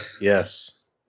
yes